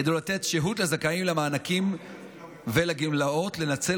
כדי לתת שהות לזכאים למענקים ולגמלאות לנצל